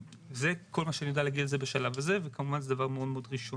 זה כל מה שאני יודע להגיד על זה בשלב הזה וכמובן זה דבר מאוד ראשוני.